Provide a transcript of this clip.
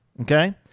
okay